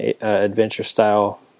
adventure-style